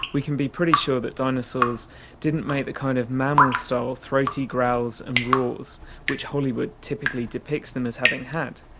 we can be pretty sure that dinosaurs didn't make the kind of mammal-style throaty growls and roars which hollywood typically depicts them as having had.